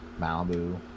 Malibu